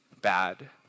bad